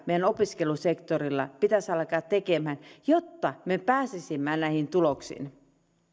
meidän opiskelusektorilla pitäisi alkaa tekemään jotta me pääsisimme näihin tuloksiin